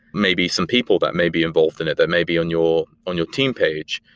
maybe some people that may be involved in it that maybe on your on your team page.